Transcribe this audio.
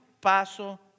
Paso